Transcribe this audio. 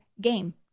game